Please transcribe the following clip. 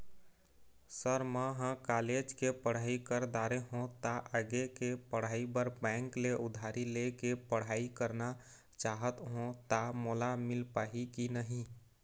Sir म ह college के पढ़ाई कर दारें हों ता आगे के पढ़ाई बर बैंक ले उधारी ले के पढ़ाई करना चाहत हों ता मोला मील पाही की नहीं?